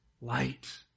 light